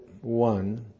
one